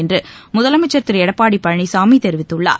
என்று முதலமைச்சர் திரு எடப்பாடி பழனிச்சாமி தெரிவித்துள்ளார்